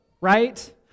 right